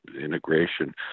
integration